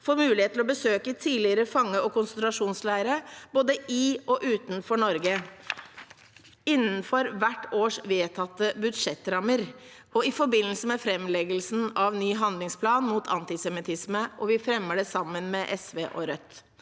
får mulighet til å besøke tidligere fange- og konsentrasjonsleirer, både i og utenfor Norge, innenfor hvert års vedtatte budsjettrammer og i forbindelse med framleggelsen av ny handlingsplan mot antisemittisme. Vi fremmer forslaget sammen med SV og Rødt.